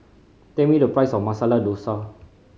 tell me the price of Masala Dosa